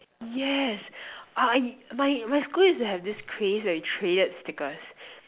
yes ah my my school used to have this craze where we traded stickers